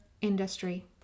industry